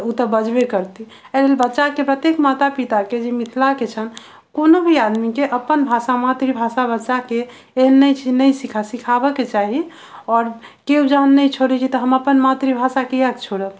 तऽ ओ तऽ बजबे करती एहि लेल बच्चा के कते माता पिता के जे मिथिला के छथि कोनो भी आदमी के अपन भाषा मातृभाषा बच्चा के एहन नहि छै नहि सिखा सिखाबऽ के चाही आओर केओ जहन नहि छोड़ै छै तऽ हम अपन मातृभाषा किए छोड़ब